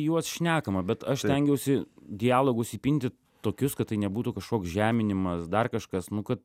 juos šnekama bet aš stengiausi dialogus įpinti tokius kad tai nebūtų kažkoks žeminimas dar kažkas nu kad